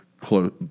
close